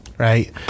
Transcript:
Right